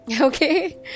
Okay